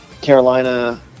Carolina